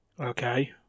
Okay